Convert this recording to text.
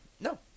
No